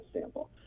sample